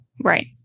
right